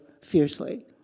fiercely